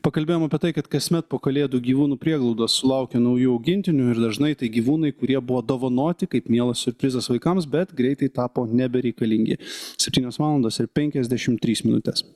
pakalbėjom apie tai kad kasmet po kalėdų gyvūnų prieglaudos sulaukia naujų augintinių ir dažnai tai gyvūnai kurie buvo dovanoti kaip mielas siurprizas vaikams bet greitai tapo nebereikalingi septynios valandos ir penkiasdešimt trys minutės